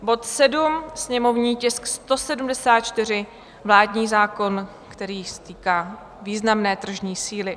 bod 7, sněmovní tisk 174, vládní zákon, který se týká významné tržní síly;